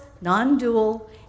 non-dual